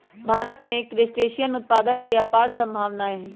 भारत में क्रस्टेशियन उत्पादन के अपार सम्भावनाएँ हई